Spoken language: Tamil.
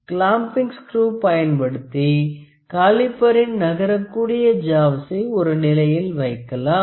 கிலாம்பிங் ஸ்க்ரிவ் பயன்படுத்தி காலிப்பரின் நகரக்கூடிய ஜாவ்சை ஒரு நிலையில் வைக்கலாம்